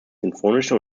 sinfonische